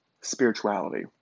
spirituality